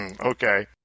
Okay